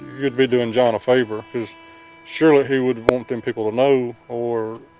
you'd be doing john a favor, because surely he would want them people to know or